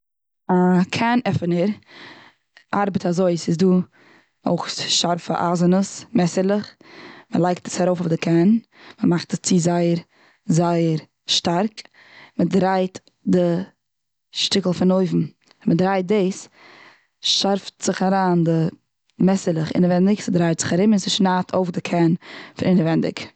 א קען עפענער ארבעט אזוי, ס'איז דא אויך שארפע אייזענעס, מעסערלעך, מ'לייגט עס ארויף אויף די קען מ'מאכט עס צו זייער זייער שטארק. מ'דרייט די שטיקל פון אויבן מ'דרייט דאס שארפט זיך אריין די מעסערלעך אינעווייניג ס'דרייט זיך ארום, און ס'שניידט אויף די קען פון אינעווייניג.